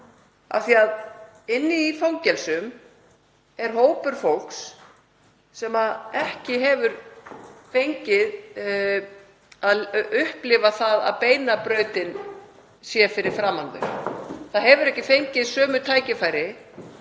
þess. Inni í fangelsum er hópur fólks sem ekki hefur fengið að upplifa það að beina brautin sé fyrir framan þau. Það hefur ekki fengið sömu tækifæri